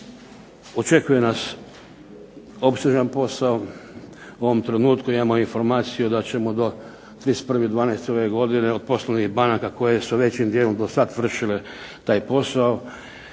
Očekuje nas opsežan posao, u ovom trenutku imamo informaciju da ćemo do 31. 12. ove godine od poslovnih banaka koje su većim dijelom do sada vršile taj posao